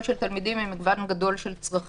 של תלמידים עם מגוון גדול של צרכים.